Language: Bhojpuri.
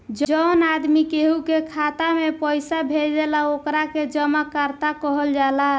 जवन आदमी केहू के खाता में पइसा भेजेला ओकरा के जमाकर्ता कहल जाला